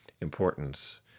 importance